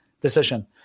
decision